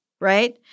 right